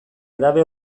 edabe